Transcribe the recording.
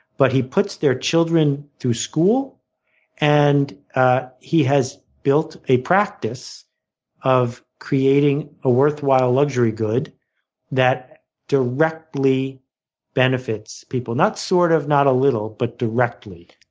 but he puts their children through school and he has built a practice of creating a worthwhile luxury good that directly benefits people. not sort of, not a little, but directly.